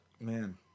man